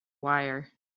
wire